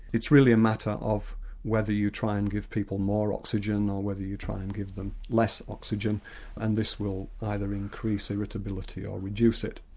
it's really a matter of whether you try and give people more oxygen or whether you try and give them less oxygen and this will either increase irritability or reduce it.